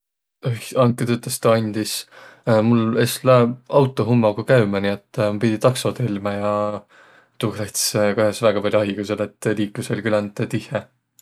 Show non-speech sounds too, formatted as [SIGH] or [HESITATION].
Oih, andkõq tõtõstõ andis! [HESITATION] Mul es lääq auto hummogu käümä, nii et [HESITATION] ma pidi takso telmä ja tuuga läts' [LAUGHS] kah'os väega pall'o aigo, selle et liiklus oll' küländ tihhe.